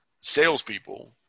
salespeople